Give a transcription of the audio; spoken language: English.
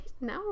No